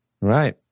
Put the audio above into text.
right